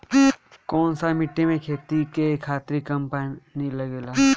कौन सा मिट्टी में खेती करे खातिर कम पानी लागेला?